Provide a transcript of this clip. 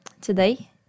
today